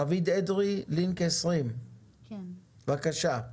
רביד אדרי מלינק 20, בבקשה.